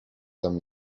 tam